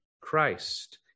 Christ